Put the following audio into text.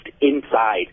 inside